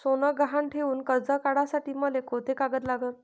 सोनं गहान ठेऊन कर्ज काढासाठी मले कोंते कागद लागन?